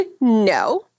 no